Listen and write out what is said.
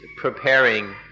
preparing